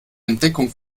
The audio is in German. entdeckung